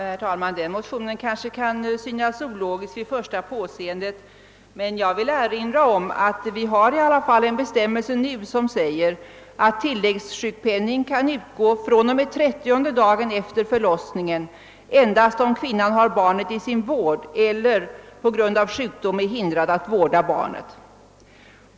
Herr talman! Min motion kanske kan synas ologisk vid första påseendet, men jag vill erinra om att vi nu har en bestämmelse som säger att tilläggssjukpenning kan utgå från och med trettionde dagen efter förlossningen endast om kvinnan har barnet i sin vård eller på grund av sjukdom är hindrad att vårda barnet.